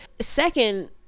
second